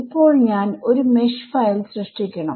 ഇപ്പോൾ ഞാൻ ഒരു മെഷ് ഫയൽ സൃഷ്ടിക്കണം